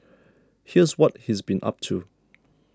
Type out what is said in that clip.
here's what he's been up to